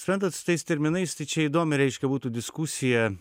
suprantat su tais terminais tai čia įdomu reiškia būtų diskusija